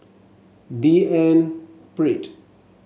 D N Pritt